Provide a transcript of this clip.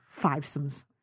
fivesomes